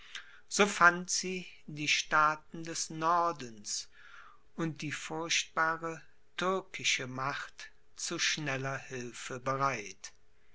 so fand sie die staaten des nordens und die furchtbare türkische macht zu schneller hilfe bereit